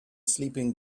sleeping